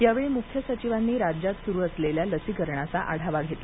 यावेळी मुख्य सचिवांनी राज्यात सुरु असलेल्या लसीकरणाचा आढावा घेतला